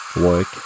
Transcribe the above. work